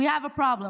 we have a problem.